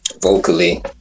vocally